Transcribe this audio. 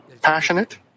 passionate